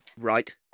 Right